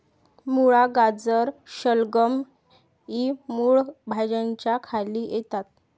मुळा, गाजर, शलगम इ मूळ भाज्यांच्या खाली येतात